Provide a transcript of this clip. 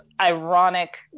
ironic